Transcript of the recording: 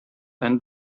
and